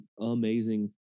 amazing